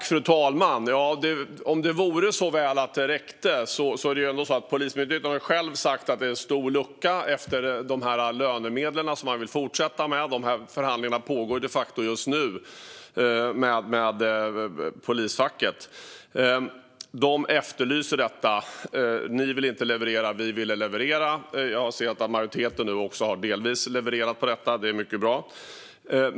Fru talman! Om det vore så väl att det räckte! Det är ändå så att Polismyndigheten själv har sagt att det är en stor lucka efter de här lönemedlen, som man vill fortsätta med. Förhandlingarna med polisfacket pågår de facto just nu. De efterlyser detta. Ni vill inte leverera. Vi ville leverera. Jag anser att majoriteten nu också delvis har levererat på detta. Det är mycket bra.